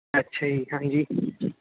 ਅੱਛਾ ਜੀ ਹਾਂਜੀ